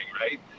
right